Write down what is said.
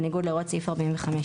בניגוד להוראות סעיף 45א;";